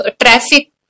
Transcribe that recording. traffic